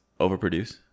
overproduce